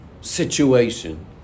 situation